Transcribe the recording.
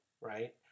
right